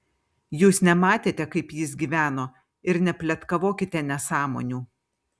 jūs nematėte kaip jis gyveno ir nepletkavokite nesąmonių